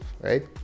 right